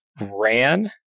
ran